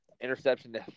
interception